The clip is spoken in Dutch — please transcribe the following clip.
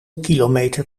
kilometer